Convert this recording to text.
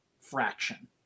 fraction